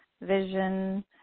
vision